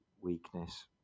weakness